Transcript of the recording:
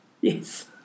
Yes